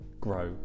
grow